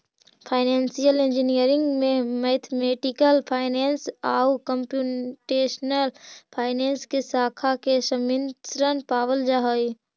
financial engineering में mathematical finance आउ computational finance के शाखा के सम्मिश्रण पावल जा हई